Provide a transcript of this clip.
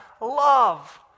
Love